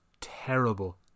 terrible